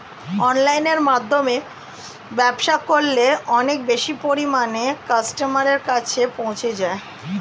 অনলাইনের মাধ্যমে ব্যবসা করলে অনেক বেশি পরিমাণে কাস্টমারের কাছে পৌঁছে যাওয়া যায়?